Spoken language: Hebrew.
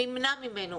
נמנע ממנו,